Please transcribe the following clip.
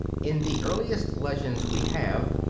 in the earliest legends we have,